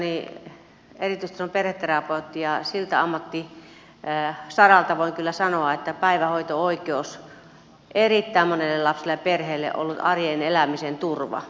olen siviiliammatiltani erityistason perheterapeutti ja siltä ammattisaralta voin kyllä sanoa että päivähoito oikeus on erittäin monelle lapselle ja perheelle ollut arjen elämisen turva